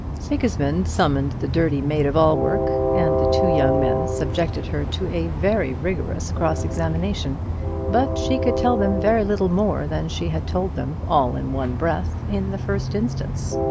sigismund summoned the dirty maid-of-all-work, and the two young men subjected her to a very rigorous cross-examination but she could tell them very little more than she had told them all in one breath in the first instance.